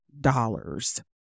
dollars